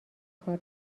کار